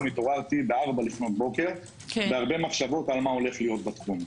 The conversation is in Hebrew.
התעוררתי ב-4 לפנות בוקר עם מחשבות רבות על מה שהולך להיות בתחום.